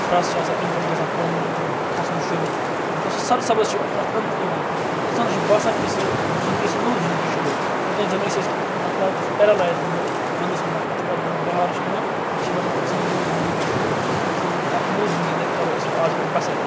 فریٚس چھِ آسان یِمن پیٚٹھ چھِ گژھان پن کھَسُن شروٗع مَطلَب سُہ سرسبز چھُ پرٛٮ۪تھ اَنٛدٕ یِوان مگر اِنسانَس چھُ باسان کہِ سُہ زَن گٔے سُہ نوٚو زِندگی شروٗع اوٚتانۍ زَنہٕ ٲسۍ أسۍ مَطلَب پیٚرَلایِز گٔمٕتۍ وَندَس مَنٛز یِتھُے پَتہٕ بَہار چھُ یِوان اَسہِ چھ باسان سٲنٛۍ نٔو زِندگی گٔیہِ شروٗع أسۍ چھِ أکِس اکھ نوٚو زِندگی کَرو أسۍ آز پیٚٹھ بَسَر